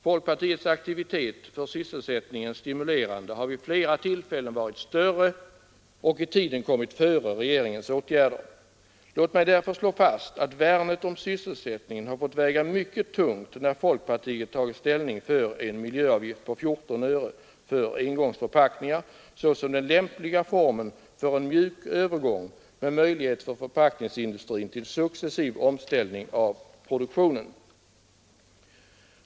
Folkpartiets aktivitet för sysselsättningens stimulerande har vid flera tillfällen varit större och i tiden kommit före regeringens åtgärder. Låt mig därför slå fast att värnet om sysselsättningen har fått väga mycket tungt när folkpartiet tagit ställning för en miljöavgift på 14 öre för engångsförpackningar såsom den lämpliga formen för en mjuk övergång med möjlighet för förpackningsindustrin till successiv omställning av produktionen.